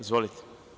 Izvolite.